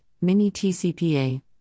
mini-TCPA